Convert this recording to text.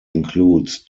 includes